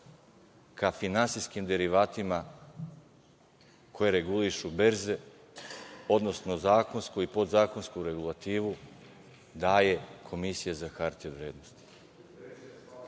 ka finansijskim derivatima koje regulišu berze, odnosno zakonsku i podzakonsku regulativu daje Komisija za hartije od